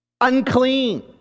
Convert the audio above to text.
unclean